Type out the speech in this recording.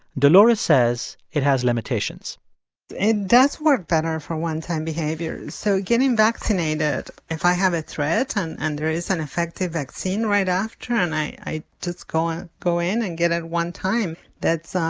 dolores says it has limitations it does work better for one-time behaviors. so getting vaccinated if i have a threat and and there is an effective vaccine right after, and i just go and go in and get it one time, that's um